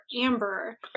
Amber